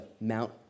Mount